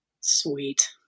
Sweet